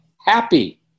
Happy